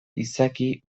izaki